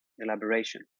Elaboration